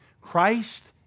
Christ